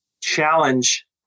challenge